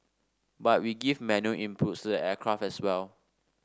but we give manual inputs to the aircraft as well